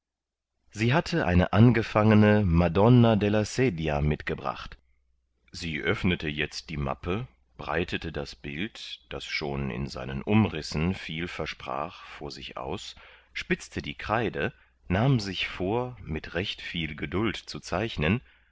sie hatte eine angefangene madonna della sedia mitgebracht sie öffnete jetzt die mappe breitete das bild das schon in seinen umrissen viel versprach vor sich aus spitzte die kreide nahm sich vor mit recht viel geduld zu zeichnen